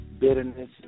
bitterness